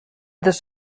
this